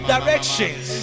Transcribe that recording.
Directions